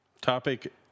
Topic